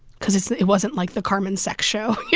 cause it's it wasn't like the carmen sex show, yeah